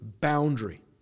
boundary